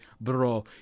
bro